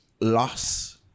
loss